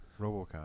Robocop